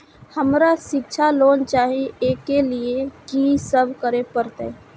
हमरा शिक्षा लोन चाही ऐ के लिए की सब करे परतै?